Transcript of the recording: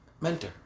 Mentor